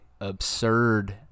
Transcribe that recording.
absurd